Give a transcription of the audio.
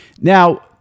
Now